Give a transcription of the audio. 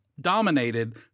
dominated